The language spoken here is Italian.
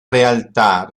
realtà